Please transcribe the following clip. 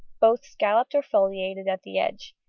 both scalloped or foliated at the edge,